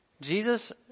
Jesus